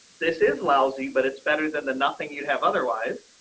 this is lousy but it's better than the nothing, you'd have otherwise.